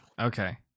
Okay